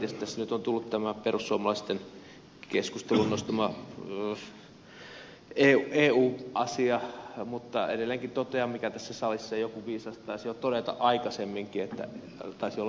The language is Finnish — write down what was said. tietysti tässä nyt on tullut tämä perussuomalaisten keskusteluun nostama eu asia mutta edelleenkin totean minkä tässä salissa joku viisas taisi jo todeta aikaisemminkin taisi olla ed